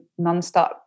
nonstop